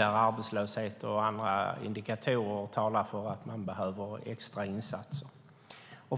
där arbetslöshet och andra indikatorer talar för att det behövs extra insatser.